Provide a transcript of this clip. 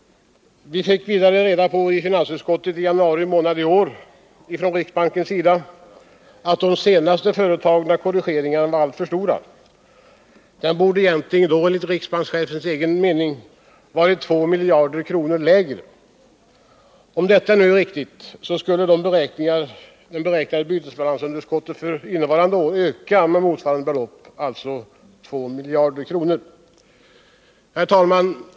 Vid en föredragning inför finansutskottet i januari månad i år påpekades från riksbankens sida att den senast företagna korrigeringen var alltför stor. Den borde enligt riksbankschefens uppfattning ha varit 2 miljarder lägre. Om detta är riktigt skulle det beräknade bytesbalansunderskottet för innevarande år öka med motsvarande belopp -— alltså 2 miljarder kronor. Herr talman!